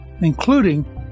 including